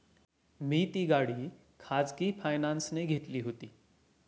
मी ती गाडी खाजगी फायनान्सने घेतली होती